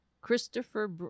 Christopher